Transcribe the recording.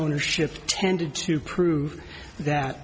ownership tended to prove that